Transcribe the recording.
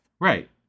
Right